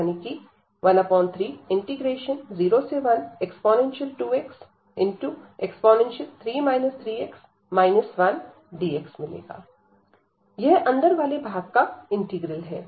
यानी कि 1301e2xe3 3x 1dx यह अंदर वाले भाग का इंटीग्रल है